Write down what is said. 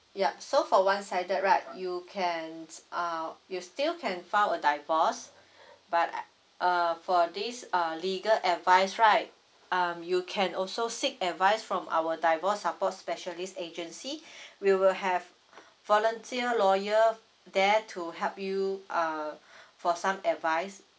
yup so for one sided right you can uh you still can file a divorce but uh for this uh legal advice right um you can also seek advice from our divorce support specialist agency we will have volunteer lawyer there to help you uh for some advice